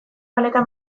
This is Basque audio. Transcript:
paleta